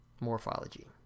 morphology